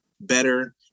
better